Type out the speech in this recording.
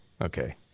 Okay